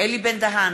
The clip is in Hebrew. אלי בן-דהן,